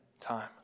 time